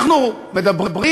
אנחנו מדברים,